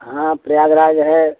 हाँ प्रयागराज है